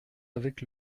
avec